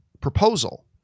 proposal